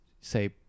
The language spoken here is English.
say